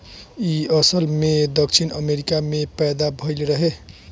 इ असल में दक्षिण अमेरिका में पैदा भइल रहे